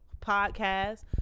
Podcast